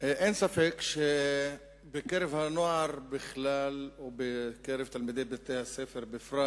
אין ספק שבקרב הנוער בכלל ובקרב תלמידי בתי-הספר בפרט